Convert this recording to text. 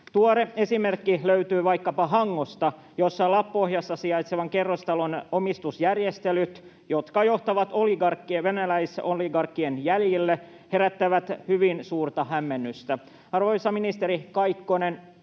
Tuore esimerkki löytyy vaikkapa Hangosta, jossa Lappohjassa sijaitsevan kerrostalon omistusjärjestelyt, jotka johtavat venäläisoligarkkien jäljille, herättävät hyvin suurta hämmennystä. Arvoisa ministeri Kaikkonen,